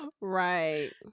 Right